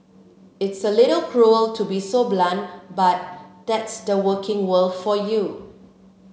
it's a little cruel to be so blunt but that's the working world for you